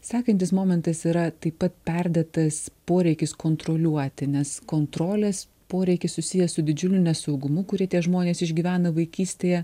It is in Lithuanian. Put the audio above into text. sekantis momentas yra taip pat perdėtas poreikis kontroliuoti nes kontrolės poreikis susijęs su didžiuliu nesaugumu kurį tie žmonės išgyvena vaikystėje